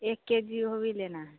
एक K G वह भी लेना है